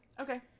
Okay